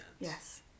Yes